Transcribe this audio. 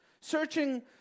searching